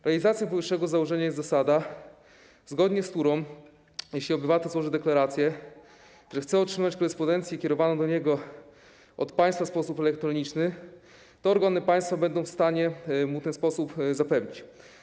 Realizacją powyższego założenia jest zasada, zgodnie z którą, jeśli obywatel złoży deklarację, że chce otrzymywać korespondencję kierowaną do niego od państwa w sposób elektroniczny, to organy państwa będą w stanie mu to zapewnić.